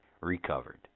recovered